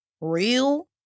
Real